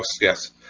yes